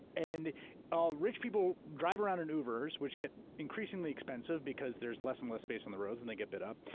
and rich people drive around in ubers, which get increasingly expensive, because there's less and less space on the roads, and they get bid up.